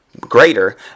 greater